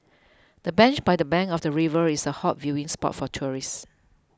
the bench by the bank of the river is a hot viewing spot for tourists